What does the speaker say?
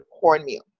cornmeal